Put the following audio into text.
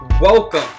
Welcome